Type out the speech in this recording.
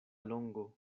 longo